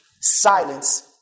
silence